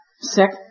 sick